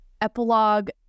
epilogue